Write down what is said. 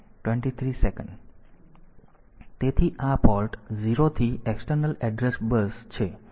તેથી આ પોર્ટ 0 થી એક્સટર્નલ એડ્રેસ બસ છે